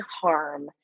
harm